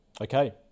Okay